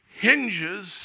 hinges